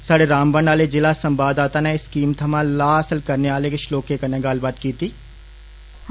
साढ़े रामबन आहले जिला संवाददाता ने इस स्कीम थमां लाह् हासल करने आलें लोकें कन्नै गल्लबात कीती ऐ